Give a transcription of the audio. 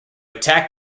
attack